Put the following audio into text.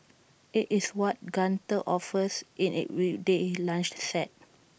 IT is what Gunther offers in its weekday lunch set